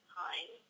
time